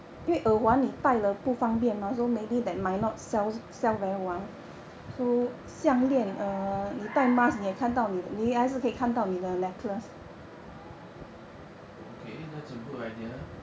okay that's a good idea